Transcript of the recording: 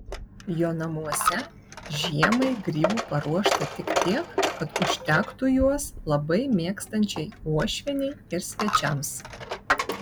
jo namuose žiemai grybų paruošta tik tiek kad užtektų juos labai mėgstančiai uošvienei ir svečiams